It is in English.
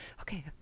Okay